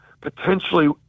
potentially